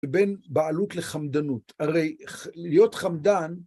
בין בעלות לחמדנות. הרי להיות חמדן